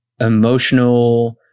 emotional